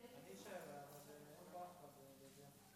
18:44 ונתחדשה בשעה 21:00.)